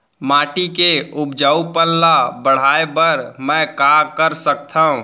माटी के उपजाऊपन ल बढ़ाय बर मैं का कर सकथव?